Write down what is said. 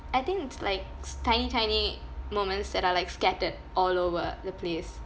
I think it's likes tiny tiny moments that are like scattered all over the place